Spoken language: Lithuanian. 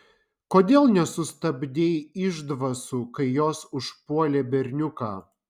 kodėl nesustabdei išdvasų kai jos užpuolė berniuką